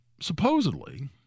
supposedly